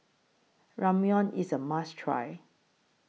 Ramyeon IS A must Try